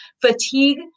fatigue